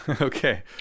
okay